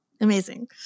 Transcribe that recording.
Amazing